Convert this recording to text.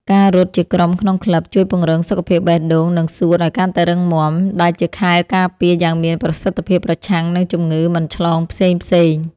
ការរត់ជាក្រុមក្នុងក្លឹប ជួយពង្រឹងសុខភាពបេះដូង និងសួតឱ្យកាន់តែរឹងមាំ ដែលជាខែលការពារយ៉ាងមានប្រសិទ្ធភាពប្រឆាំងនឹងជំងឺមិនឆ្លងផ្សេងៗ។